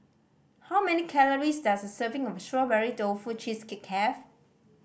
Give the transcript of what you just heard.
how many calories does a serving of Strawberry Tofu Cheesecake have